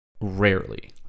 rarely